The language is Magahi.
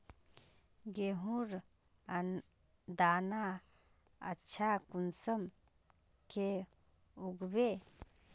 गेहूँर दाना अच्छा कुंसम के उगबे?